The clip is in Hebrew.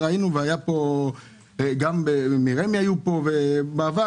וגם מרמ"י היו בעבר.